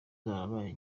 zarabaye